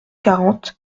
quarante